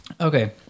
okay